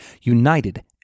united